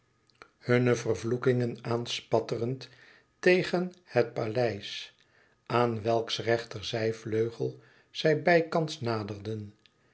hunne vervloekingen aanspatterend tegen het paleis aan welks rechterzijvleugel zij bijkans naderden